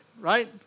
right